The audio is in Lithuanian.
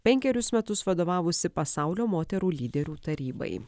penkerius metus vadovavusi pasaulio moterų lyderių tarybai